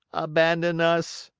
abandon us,